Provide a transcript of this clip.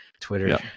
twitter